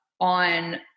on